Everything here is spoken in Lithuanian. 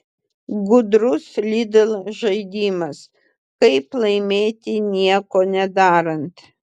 gudrus lidl žaidimas kaip laimėti nieko nedarant